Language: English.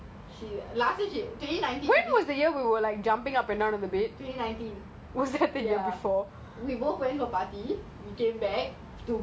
it's like kind of ah ma new year ya same shit every year last year she twenty nineteen she twenty nineteen